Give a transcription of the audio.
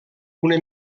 una